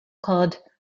called